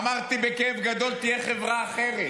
אמרתי בכאב גדול: תהיה חברה אחרת.